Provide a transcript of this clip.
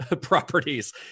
properties